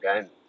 game